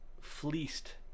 fleeced